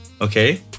Okay